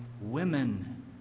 women